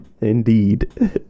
indeed